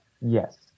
Yes